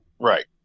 Right